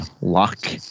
lock